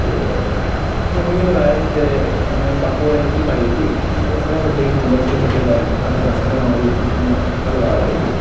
ते म्मी होर आए ते उनैं बापू होरें गी रुट्टी पाई दित्ती पैह्लैं बड्डे गी खलांदे बड्डे पाई दिंदे साढ़ा ग्रांऽ दी गल्ल बात ऐ जेह्ड़ी